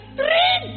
three